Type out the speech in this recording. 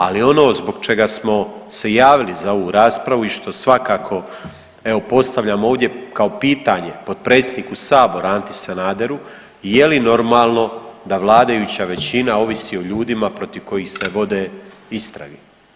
Ali ono zbog čega se javili za ovu raspravu i što svakako evo postavljam ovdje kao pitanje potpredsjedniku sabora Anti Sanaderu je li normalno da vladajuća većina ovisi o ljudima protiv kojih se vode istrage.